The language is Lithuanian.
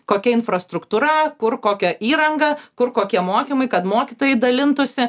kokia infrastruktūra kur kokia įranga kur kokie mokymai kad mokytojai dalintųsi